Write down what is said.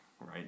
right